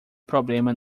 problema